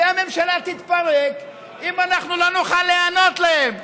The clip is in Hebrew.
הממשלה תתפרק אם אנחנו לא נוכל להיענות להם.